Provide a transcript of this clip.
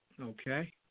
Okay